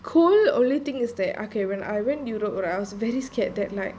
cool only thing is that okay when I went europe right I was very scared that night